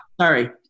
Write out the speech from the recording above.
Sorry